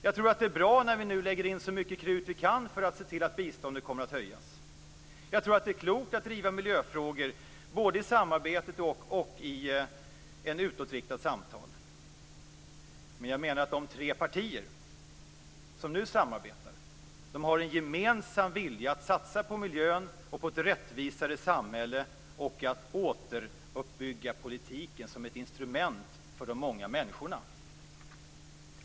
Jag tror att det är bra när vi nu lägger in så mycket krut vi kan för att se till att biståndet kommer att höjas. Jag tror att det är klokt att driva miljöfrågor, både i samarbetet och i ett utåtriktat samtal. Men jag menar att de tre partier som nu samarbetar har en gemensam vilja att satsa på miljön, på ett rättvisare samhälle och på att återuppbygga politiken som ett instrument för de många människorna.